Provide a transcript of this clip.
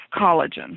collagen